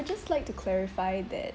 I just like to clarify that